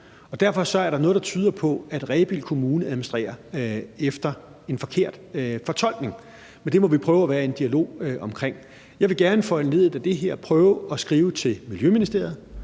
Derfor er der noget, der tyder på, at Rebild Kommune administrerer efter en forkert fortolkning, men det må vi prøve at være i en dialog om. Jeg vil gerne foranlediget af det her prøve at skrive til Miljøministeriet